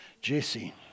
Jesse